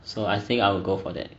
so I think I will go for that